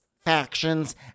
factions